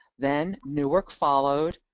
then newark followed,